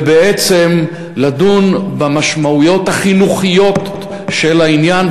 ובעצם לדון במשמעויות החינוכיות של העניין,